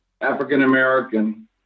African-American